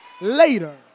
later